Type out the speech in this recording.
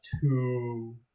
two